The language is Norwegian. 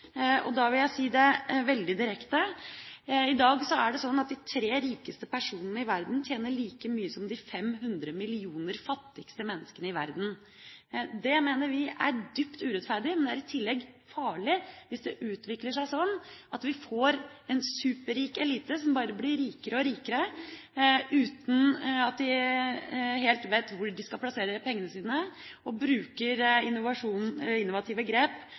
verden. Da vil jeg si det veldig direkte: I dag er det sånn at de tre rikeste personene i verden tjener like mye som de 500 millioner fattigste menneskene i verden. Det mener vi er dypt urettferdig. Men i tillegg er det farlig hvis det utvikler seg sånn at vi får en superrik elite som bare blir rikere og rikere, uten at de helt vet hvor de skal plassere pengene sine, og bruker innovative grep